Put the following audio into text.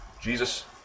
Jesus